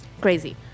Crazy